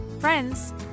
friends